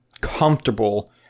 comfortable